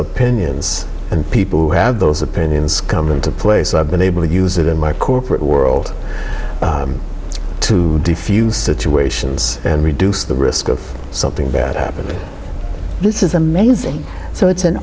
opinions and people who have those opinions come into play so i've been able to use it in my corporate world to defuse situations and reduce the risk of something bad happening this is amazing so it's an